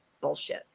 bullshit